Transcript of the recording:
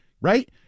right